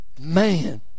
man